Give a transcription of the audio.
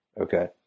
Okay